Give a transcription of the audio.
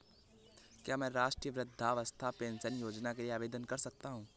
क्या मैं राष्ट्रीय वृद्धावस्था पेंशन योजना के लिए आवेदन कर सकता हूँ?